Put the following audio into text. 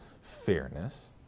fairness